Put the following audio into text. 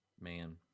man